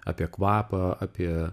apie kvapą apie